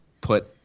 put